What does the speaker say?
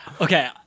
Okay